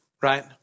right